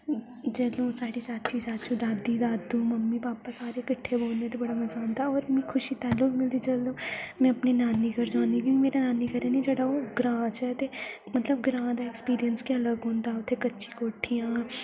जदूं स्हाड़े चाची'चाचू दादी'दादू मम्मी पापा सारे किट्ठे बौह्न्दे ते बड़ा मजा आंदा होर मी खुशी तां गै मिलदी जदूं मैं अपने नानी घर जन्नी क्योंकि मेरा नानी घर ऐ नी जेह्ड़ा ओह् ग्रांऽ च ऐ ते मतलब ग्रांऽ दा ऐक्सपिरियंस गै अलग होंदा उत्थै कच्ची कोट्ठियां